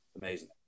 amazing